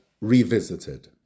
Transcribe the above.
revisited